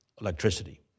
electricity